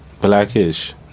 Blackish